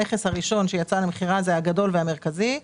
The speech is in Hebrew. הנכס הראשון שיצא למכירה הוא הגדול והמרכזי.